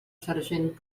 sergent